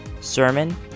Sermon